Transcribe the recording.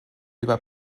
über